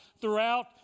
throughout